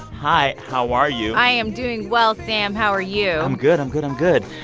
hi, how are you? i am doing well, sam. how are you? i'm good. i'm good. i'm good.